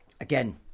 Again